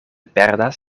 perdas